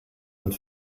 und